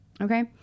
okay